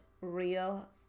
real